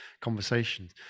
conversations